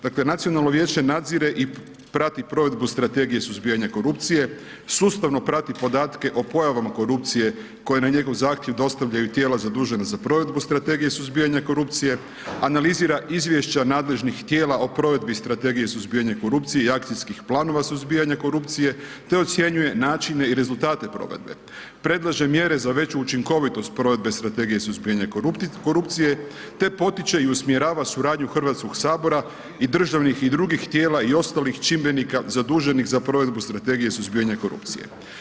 Dakle Nacionalno vijeće nadzire i prati provedbu Strategiju suzbijanja korupcije, sustavno prati podatke o pojavama korupcije koje na njegov dostavljaju tijela zadužena za provedbu Strategije suzbijanja korupcije, analizira izvješća nadležnih tijela o provedbi Strategije suzbijanja korupcije i akcijskih planova suzbijanja korupcije te ocjenjuje načine i rezultate provedbe, predlaže mjere za veću učinkovitost provedbe Strategije suzbijanja korupcije te potiče i usmjerava suradnju Hrvatskog sabora i državnih i drugih tijela i ostalih čimbenika zaduženih za provedbu Strategije suzbijanja korupcije.